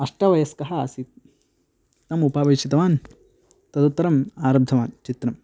अष्टवयस्कः आसीत् तम् उपावेशितवान् तदुत्तरम् आरब्धवान् चित्रम्